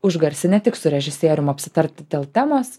užgarsį ne tik su režisierium apsitarti dėl temos